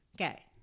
Okay